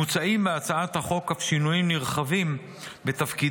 מוצעים בהצעת החוק אף שינויים נרחבים בתפקידם